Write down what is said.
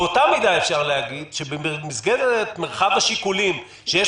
באותה מידה אפשר להגיד שבמסגרת מרחב השיקולים שיש